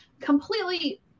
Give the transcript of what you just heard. completely